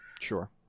Sure